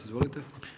Izvolite.